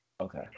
Okay